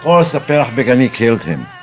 course ha'perach be'gani killed him.